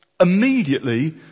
Immediately